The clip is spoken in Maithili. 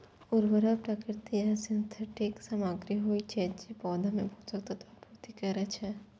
उर्वरक प्राकृतिक या सिंथेटिक सामग्री होइ छै, जे पौधा मे पोषक तत्वक आपूर्ति करै छै